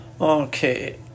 Okay